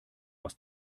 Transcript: aus